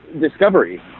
discovery